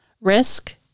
Risk